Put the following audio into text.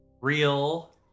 real